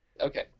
Okay